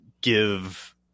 give